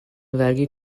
vergi